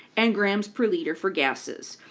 and grams per liter for gases.